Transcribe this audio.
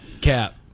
Cap